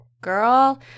girl